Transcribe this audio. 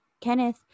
Kenneth